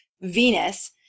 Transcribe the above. Venus